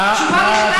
מה את מציעה?